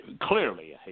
clearly